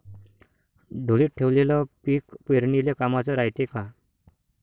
ढोलीत ठेवलेलं पीक पेरनीले कामाचं रायते का?